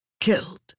Killed